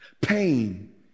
pain